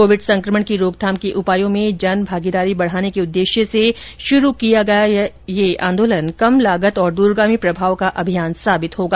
Covid संक्रमण की रोकथाम के उपायों में जन भागीदारी बढ़ाने के उद्देश्य से शुरू किया गया यह जन आंदोलन कम लागत और दूरगामी प्रभाव का अभियान साबित होगा